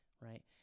right